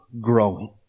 growing